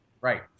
Right